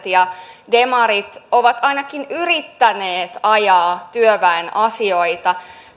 ja demarit ovat ainakin yrittäneet ajaa työväen asioita